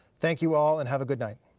thank you all and have a good night.